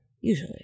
Usually